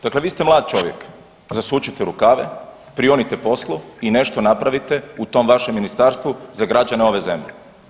Dakle, vi ste mlad čovjek, zasučite rukave, prionite poslu i nešto napravite u tom vašem ministarstvu za građane ove zemlje.